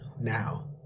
now